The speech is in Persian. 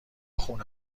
خونه